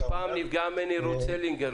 פעם נפגעה ממני רות סלינגר,